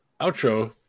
outro